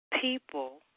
people